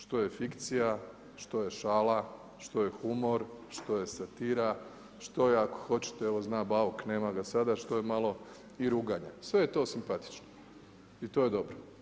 Što je fikcija, što je šala, što je humor, što je satira, što je ako hoćete evo zna Bauk, nema ga sada, što je malo i ruganje, sve je to simpatično i to je dobro.